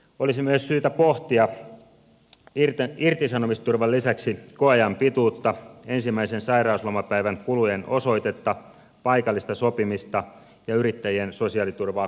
olisi myös syytä pohtia irtisanomisturvan lisäksi koeajan pituutta ensimmäisen sairauslomapäivän kulujen osoitetta paikallista sopimista ja yrittäjien sosiaaliturvaa kokonaisuutena